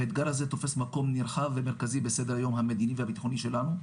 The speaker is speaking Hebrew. האתגר הזה תופס מקום נרחב ומרכזי בסדר היום המדיני והביטחוני שלנו,